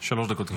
שלוש דקות, גברתי.